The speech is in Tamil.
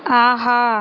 ஆஹா